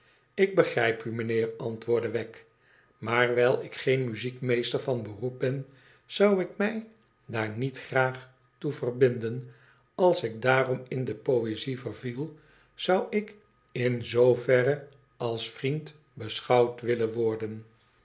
lik begrijp u meneer antwoordde wegg maar wijl ik geen muziekmeester van beroep ben zou ik mij daar niet graag toe verbinden als ik daarom in de poézie verviel zou ik in zooverre als vriend beschouwd willen worden